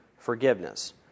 forgiveness